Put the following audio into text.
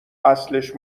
اصلش